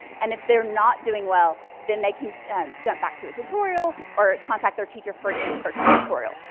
and if they're not doing well, then they can jump back to a tutorial or contact their teacher for an in-person tutorial.